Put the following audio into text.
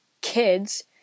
kids